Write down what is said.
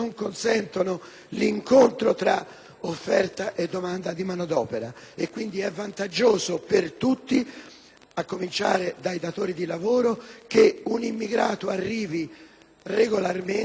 a cominciare dai datori di lavoro, che un immigrato arrivi regolarmente ma che permanga irregolarmente nel nostro territorio. Se non si riconosce questo, continueremo ad inasprire